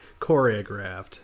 choreographed